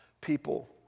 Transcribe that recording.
people